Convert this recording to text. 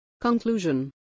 Conclusion